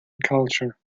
culture